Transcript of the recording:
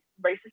racist